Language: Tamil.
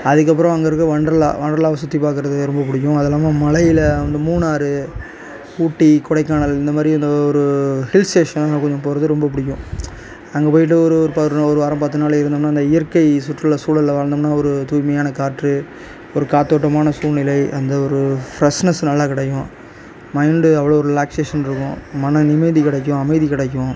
அதுக்கு அப்பறம் அங்கே இருக்க ஒண்டர்லா ஒண்டர்லாவை சுற்றி பார்க்குறது ரொம்ப பிடிக்கும் அதுவும் இல்லாமல் மழையில் மூணாறு ஊட்டி கொடைக்கானல் இந்த மாதிரி ஒரு ஹில் ஸ்டேஷன் போகிறது ரொம்ப பிடிக்கும் அங்கே போயிட்டு ஒரு ஒரு ஒரு வாரம் பத்து நாள் இது இருந்தோம்னால் இயற்கை சுற்றுசூழலில் ஒரு தூய்மையான காற்று ஒரு காற்றோட்டமான சூழ்நிலை அந்த ஒரு ஃபிரஷ்னஸ் நல்லா கிடைக்கும் மைண்டு ஒரு நல்ல ரிலாக்ஸ்சேஷன் இருக்கும் மனநிம்மதி கிடைக்கும் அமைதி கிடைக்கும்